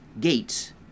Gates